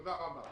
תודה רבה.